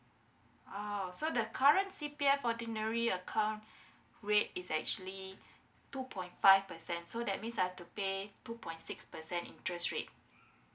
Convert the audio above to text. oh so the current C_P_F ordinary account rate is actually two point five percent so that means I've to pay two point six percent interest rate